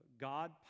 God